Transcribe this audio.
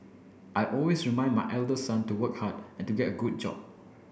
I always remind my elder son to work hard and to get a good job